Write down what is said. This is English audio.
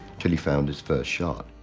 until he found his first shot.